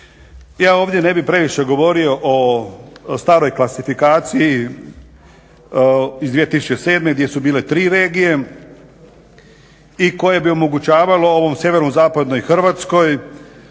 Ja ovdje ne bih previše govorio o staroj klasifikaciji iz 2007. gdje su bile tri regije i koje bi omogućavalo ovoj sjeverozapadnoj Hrvatskoj